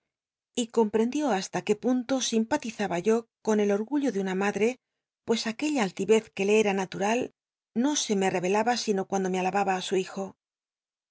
y comprendió hasta qué punto simpatizaba yo con el orgullo de una mache pues aquella altivez que le ea natural no se me rerclaba sino cuando me alababa i su hijo